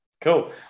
Cool